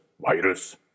virus